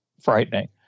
frightening